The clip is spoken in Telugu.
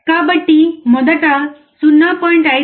కాబట్టి మొదట 0